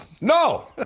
No